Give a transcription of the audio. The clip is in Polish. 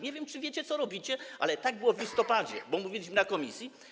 Nie wiem, czy wiecie, co robicie, ale tak było w listopadzie, bo mówiliśmy o tym w komisji.